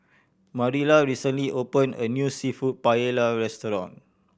Marilla recently opened a new Seafood Paella Restaurant